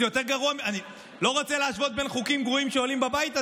אני לא רוצה להשוות בין חוקים גרועים שעולים בבית הזה,